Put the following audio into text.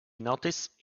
noticed